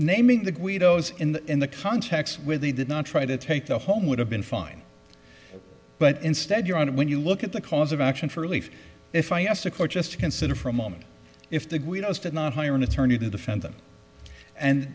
naming the guido's in the in the context where they did not try to take the home would have been fine but instead you're on when you look at the cause of action for relief if i asked the court just to consider for a moment if the guido's did not hire an attorney to defend them and